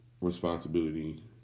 responsibility